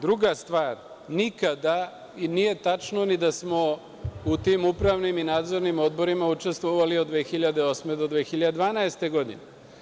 Druga stvar, nikada i nije tačno da smo u tim upravnim i nadzornim odborima učestvovali od 2008. do 2012. godine.